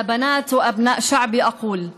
(אומרת דברים בשפה הערבית, להלן תרגומם: